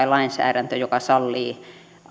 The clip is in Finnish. lainsäädäntö joka sallii